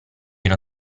una